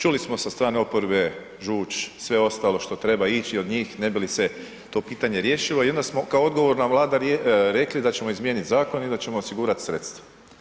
Čuli smo sa strane oporbe žuč, sve ostalo što treba ići od njih ne bi li se to pitanje riješilo i onda smo kao odgovorna Vlada rekli da ćemo izmijeniti zakon i da ćemo osigurati sredstva.